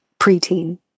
preteen